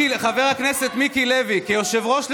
חבר הכנסת מיקי לוי, כיושב-ראש לשעבר,